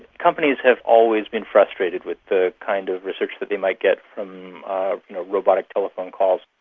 companies have always been frustrated with the kind of research that they might get from robotic telephone calls.